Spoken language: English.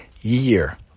year